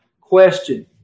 question